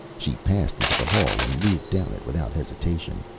she passed into the hall and moved down it without hesitation,